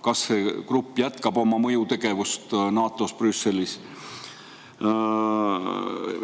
Kas see grupp jätkab oma mõjutegevust NATO-s ja Brüsselis?